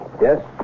Yes